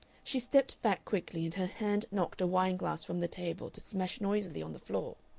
she stepped back quickly, and her hand knocked a wine-glass from the table to smash noisily on the floor.